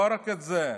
לא רק את זה.